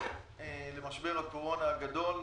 למשבר הקורונה הגדול,